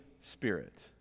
Spirit